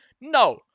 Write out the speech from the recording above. No